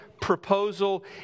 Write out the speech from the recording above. proposal